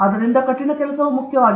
ಆದ್ದರಿಂದ ಕಠಿಣ ಕೆಲಸವು ಮುಖ್ಯವಾಗಿದೆ